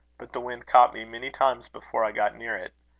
but the wind caught me many times before i got near it.